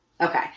Okay